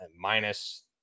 minus